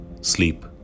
sleep